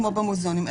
כמו במוזיאונים,